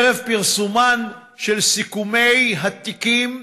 ערב פרסומם של סיכומי התיקים,